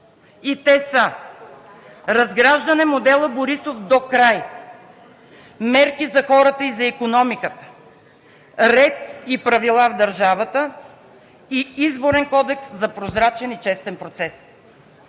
а те са: разграждане на модела Борисов докрай, мерки за хората и за икономиката, ред и правила в държавата и Изборен кодекс за прозрачен и честен процес.